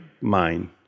mind